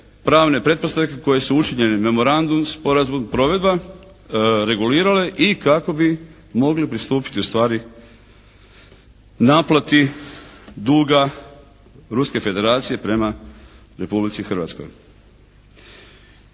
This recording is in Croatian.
pravne pretpostavke koje su učinjene memorandum, sporazum, provedba regulirale i kako bi mogli pristupiti ustvari naplati duga Ruske federacije prema Republici Hrvatskoj.